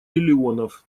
миллионов